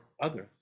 others